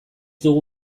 dugu